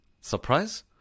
Surprise